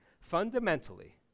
Fundamentally